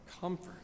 comfort